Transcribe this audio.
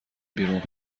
بیرون